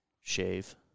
shave